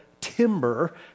timber